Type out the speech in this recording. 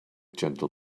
gentle